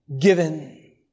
given